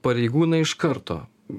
pareigūnai iš karto